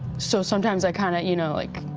so sometimes i, kind of you know, like,